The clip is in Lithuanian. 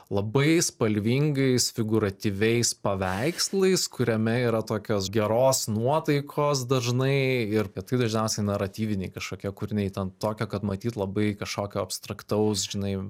labai spalvingais figūrativiais paveikslais kuriame yra tokios geros nuotaikos dažnai ir kad tai dažniausiai naratyviniai kažkokie kūriniai ten tokie kad matyt labai kažkokio abstraktaus žinai